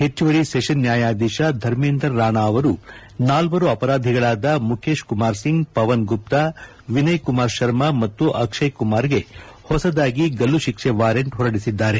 ಹೆಚ್ಚುವರಿ ಸೆಷನ್ ನ್ನಾಯಾಧೀಶ ಧರ್ಮೇಂದರ್ ರಾಣಾ ಅವರು ನಾಲ್ಲರು ಅಪರಾಧಿಗಳಾದ ಮುಖೇಶ್ ಕುಮಾರ್ಸಿಂಗ್ ಪವನ್ ಗುಪ್ತಾ ವಿನಯ್ ಕುಮಾರ್ ಶರ್ಮ ಮತ್ತು ಅಕ್ಷಯ್ ಕುಮಾರ್ಗೆ ಹೊಸದಾಗಿ ಗಲ್ಲುತಿಕ್ಷೆ ವಾರೆಂಟ್ ಹೊರಡಿಸಿದ್ದಾರೆ